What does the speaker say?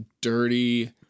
dirty